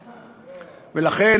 ולכן,